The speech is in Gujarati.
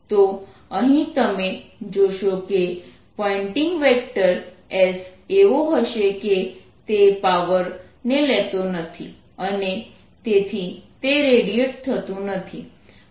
તો અહીં તમે જોશો કે પોઇન્ટિંગ વેક્ટર S એવો હશે કે તે પાવર ને લેતો નથી અને તેથી તે રેડિયેટ થતું નથી